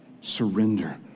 Surrender